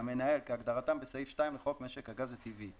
"המנהל" כהגדרתם בסעיף 2 לחוק משק הגז הטבעי".